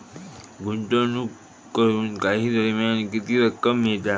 गुंतवणूक करून काही दरम्यान किती रक्कम मिळता?